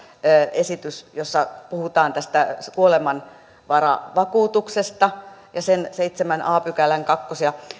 esitys jossa puhutaan kuolemanvaravakuutuksesta ja sen seitsemännen a pykälän kaksi ja